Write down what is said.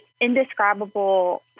indescribable